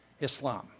Islam